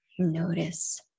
Notice